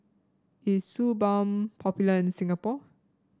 is Suu Balm popular in Singapore